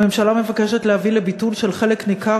הממשלה מבקשת להביא לביטול של חלק ניכר,